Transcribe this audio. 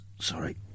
Sorry